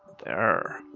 there.